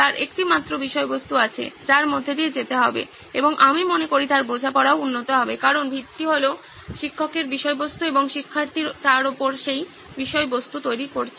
তার একটি মাত্র বিষয়বস্তু আছে যার মধ্য দিয়ে যেতে হবে এবং আমি মনে করি তার বোঝাপড়াও উন্নত হবে কারণ ভিত্তি হল শিক্ষকের বিষয়বস্তু এবং শিক্ষার্থীরা তার ওপর সেই বিষয়বস্তু তৈরি করছে